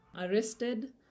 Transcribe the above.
arrested